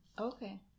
Okay